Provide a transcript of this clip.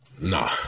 Nah